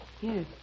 Yes